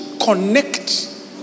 connect